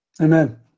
amen